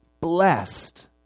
blessed